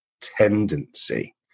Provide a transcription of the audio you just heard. tendency